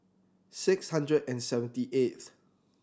six hundred and seventy eighth